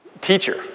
teacher